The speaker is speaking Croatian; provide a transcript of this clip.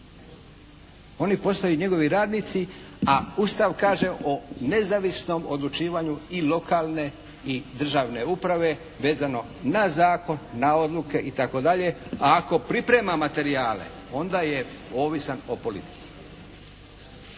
Oni postaju njegovi radnici, a Ustav kaže o nezavisnom odlučivanju i lokalne i državne uprave vezano na zakon, na odluke, itd. A ako priprema materijale onda je ovisan o politici.